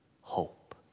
hope